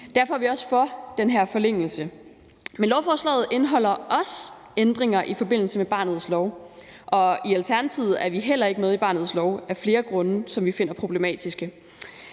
Derfor er vi også for den her forlængelse. Men lovforslaget indeholder også ændringer i forbindelse med barnets lov. I Alternativet er vi ikke med i barnets lov af flere grunde. Der er ting, som vi finder problematiske.